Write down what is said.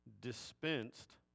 dispensed